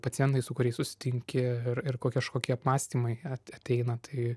pacientai su kuriais susitinki ir kažkokie apmąstymai ateina tai